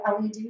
LED